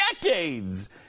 decades